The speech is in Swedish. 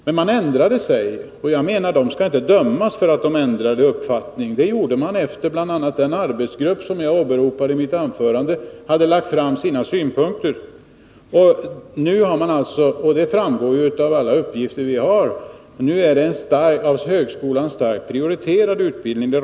Men nu ändrade man sig, och det tycker jag inte att man skall dömas för. Det skedde efter det att den arbetsgrupp, som jag åberopade i mitt anförande, hade lagt fram sina synpunkter. Nu är det — och det framgår av alla uppgifter — en av högskolan starkt prioriterad utbildning.